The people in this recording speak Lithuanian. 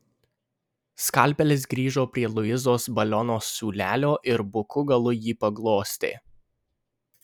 skalpelis grįžo prie luizos baliono siūlelio ir buku galu jį paglostė